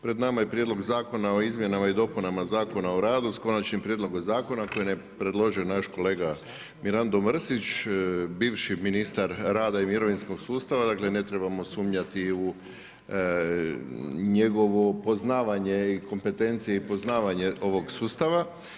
Pred nama je prijedlog zakona o izmjenama i dopunama Zakona o radu s konačnim prijedlogom zakona koji nam je predložio naš kolega Mirando Mrsić, bivši ministar rada i mirovinskog sustava, dakle ne trebamo sumnjati u njegovo poznavanje i kompetencije ovog sustava.